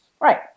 Right